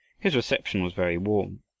his reception was very warm.